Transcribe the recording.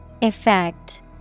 Effect